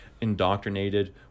indoctrinated